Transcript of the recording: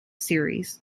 series